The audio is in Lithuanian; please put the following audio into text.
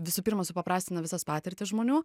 visų pirma supaprastina visas patirtis žmonių